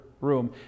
room